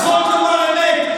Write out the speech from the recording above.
צריכות לומר אמת,